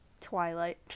Twilight